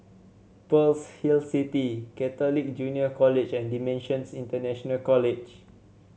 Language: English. Pearl's Hill City Catholic Junior College and Dimensions International College